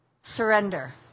Surrender